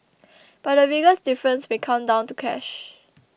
but the biggest difference may come down to cash